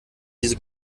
diese